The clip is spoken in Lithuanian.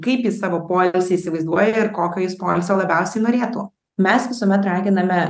kaip jis savo poilsį įsivaizduoja ir kokio jis poilsio labiausiai norėtų mes visuomet raginame